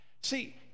See